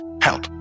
help